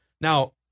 Now